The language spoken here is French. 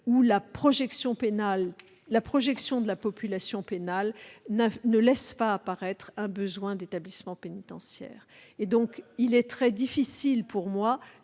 où la projection de la population pénale ne laisse pas apparaître un besoin d'établissements pénitentiaires. Il est très difficile pour moi